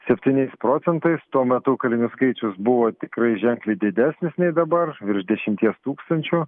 septyniais procentais tuo metu kalinių skaičius buvo tikrai ženkliai didesnis nei dabar virš dešimties tūkstančių